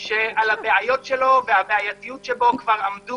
שעל הבעיות שלו והבעייתיות שבו כבר עמדו